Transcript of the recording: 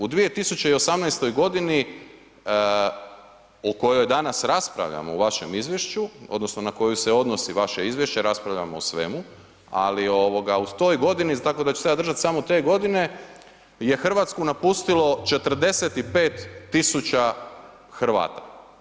U 2018. godini o kojoj danas raspravljamo u vašem izvješću odnosno na koji se odnosi vaše izvješće raspravljamo o svemu, ali o toj godini, tako da ću se ja držati samo te godine, je Hrvatsku napustilo 45.000 Hrvata.